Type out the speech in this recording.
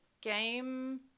game